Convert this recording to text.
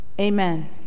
amen